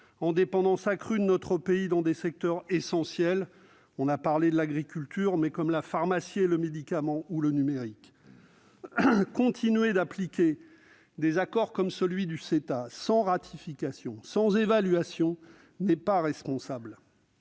en dépendance accrue de notre pays dans des secteurs essentiels, comme l'agriculture, mais aussi la pharmacie et le médicament ou le numérique. Continuer à appliquer des accords comme celui du CETA sans ratification ni évaluation n'est pas responsable.